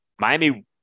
Miami